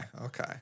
Okay